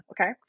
okay